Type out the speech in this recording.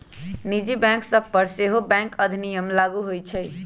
निजी बैंक सभ पर सेहो बैंक अधिनियम लागू होइ छइ